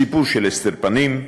סיפור של הסתר פנים.